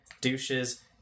douches